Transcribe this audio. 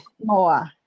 more